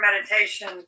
meditation